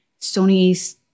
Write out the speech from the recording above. sony's